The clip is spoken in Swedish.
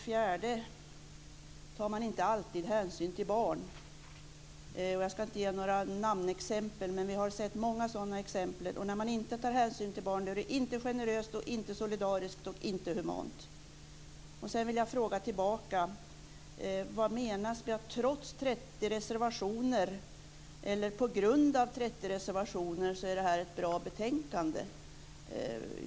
Man tar inte alltid hänsyn till barn. Jag ska inte nämna några namn, men vi har sett många sådana exempel. När man inte tar hänsyn till barn är det inte generöst, inte solidariskt och inte humant. Jag vill fråga tillbaka: Vad menas med att trots 30 reservationer, eller på grund av 30 reservationer, är det här ett bra betänkande?